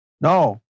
No